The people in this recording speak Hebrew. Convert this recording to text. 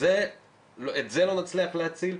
את זה לא נצליח להציל,